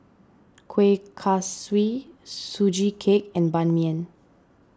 Kueh Kaswi Sugee Cake and Ban Mian